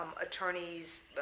attorney's